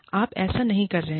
आप ऐसा नहीं कर रहे हैं